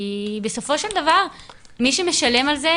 כי בסופו של דבר מי שמשלם על זה,